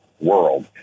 world